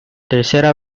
tercera